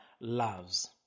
loves